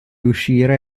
uscire